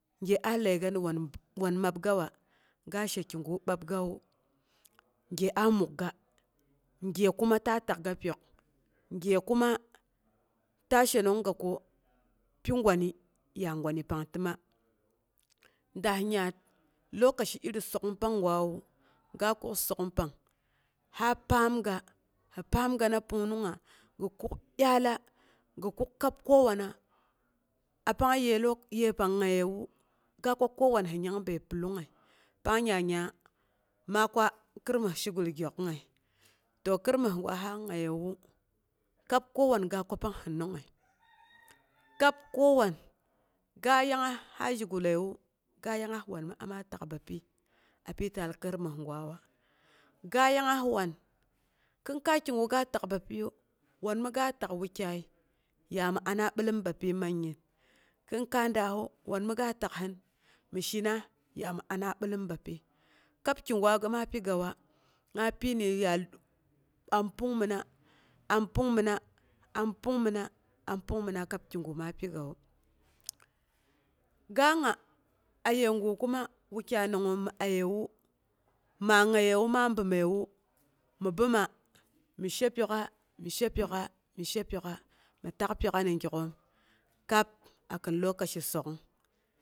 Gye a ləiga ni wan babgawa, ga she kigu babgawu, gye a mukga gye kuma ta takga, pyok, gye kuma ta əhenongo ko pi gwani ya gwani pang təma. Daas yaat lokaci iri sok'ung panggwawu, ga kuk sok'ung pang ha paamga hi pangana pungnungnga gi kuk dyaala gi kuk kab kowana. A pang yeping ngayewu ga kwa kowan hi nyanbu pəllongngəi, pangnyingnya ma kwa krismus si nyabəi gyok'ungngəi, to krimuh gira sa ngayewu kab ko wan ga kwa pang hi nongngəi, kab ko wan ga yangngas ha zhi gullewu ga yangngas mi ama tak bapyi, apyi taal krimus gwawa, ga yangngas wan. Kin kai kigu ga tau bapyiyu, wan miga tak wukyai, yami anna bilom bapyi mimgin, kin kai daahu wan mi ga takhin mishina yami ana bilom bapyi. Kab kigwa ma pigawa maa pi mi ya an pungmina am pungmina, an pungmina kab kigu ma pigawu. Ga nga a yegu kuma wukyai nangngoom mi ayewu, ma ngayewu ma bəoməiwu ma bəoma mi shepyok'a mi shepyon'a mi shepyok'a mi tak pyok'a ni gyak'oom kab akin lokaci sok'ung